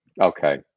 Okay